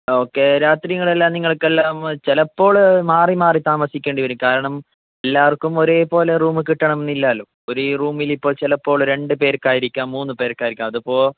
okay രാത്രി നിങ്ങളെല്ലാം നിങ്ങൾക്ക് എല്ലാം ചിലപ്പോൾ മാറി മാറി താമസിക്കേണ്ടി വരും കാരണം എല്ലാവർക്കും ഒരേ പോലെ റൂമ് കിട്ടണം എന്ന് ഇല്ലല്ലോ ഒരു